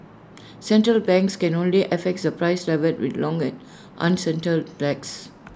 central banks can only affect the price level with long and uncertain lags